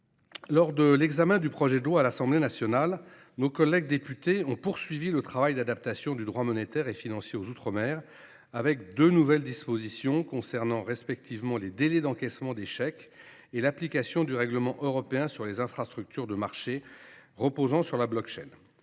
Lors de l’examen du projet de loi à l’Assemblée nationale, nos collègues députés ont poursuivi le travail d’adaptation du droit monétaire et financier aux outre mer, avec deux nouvelles dispositions concernant respectivement les délais d’encaissement des chèques et l’application du règlement européen sur un régime pilote pour les infrastructures de marché reposant sur la technologie